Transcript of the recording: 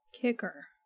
Kicker